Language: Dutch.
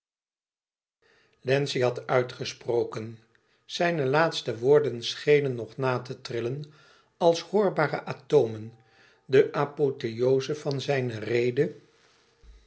wlenzci had uitgesproken zijne laatste woorden schenen nog na te trillen als hoorbare atomen de apotheoze van zijne rede